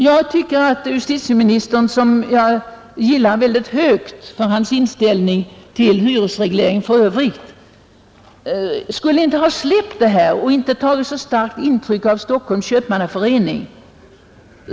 Jag tycker att justitieministern — som jag gillar mycket högt för hans inställning till hyresregleringen för övrigt — inte skulle ha tagit så starkt intryck av Stockholms Köpmannaförening.